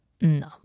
No